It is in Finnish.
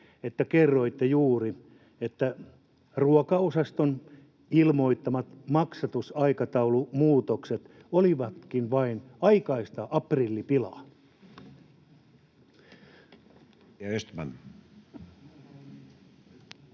että kerroitte juuri, että ruokaosaston ilmoittamat maksatusaikataulumuutokset olivatkin vain aikaista aprillipilaa? [Speech